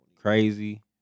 Crazy